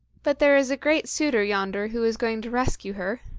but there is a great suitor yonder who is going to rescue her.